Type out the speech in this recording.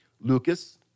Lucas